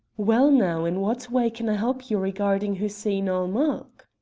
well, now, in what way can i help you regarding hussein-ul-mulk?